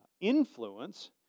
influence